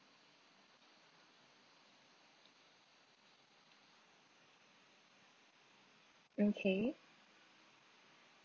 okay